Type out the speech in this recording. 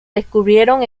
descubrieron